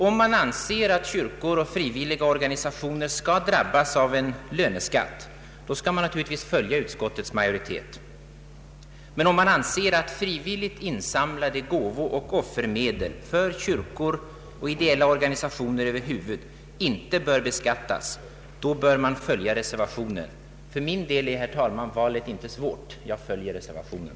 Om man anser att kyrkor och frivilliga organisationer skall drabbas av en löneskatt, skall man naturligtvis följa utskottsmajoritetens förslag, men om man anser att frivilligt insamlade gåvor och offermedel för kyrkor och ideella organisationer över huvud taget inte bör beskattas, då bör man följa reservanternas förslag. Herr talman! För min del är valet inte svårt — jag följer reservationen.